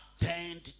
attend